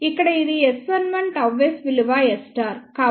ఇక్కడ ఇది S11 Γs విలువ S